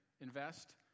invest